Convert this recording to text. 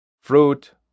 Fruit